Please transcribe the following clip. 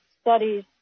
studies